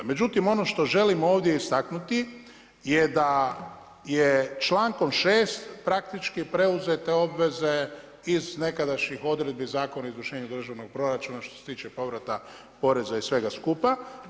Međutim, ono što želim ovdje istaknuti je da je člankom 6. praktički je preuzete obveze iz nekadašnji odredbi Zakona o izvršenju državnog proračuna što se tiče povrata poreza i svega skupa.